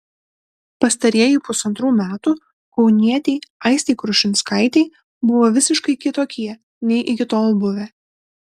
pastarieji pusantrų metų kaunietei aistei krušinskaitei buvo visiškai kitokie nei iki tol buvę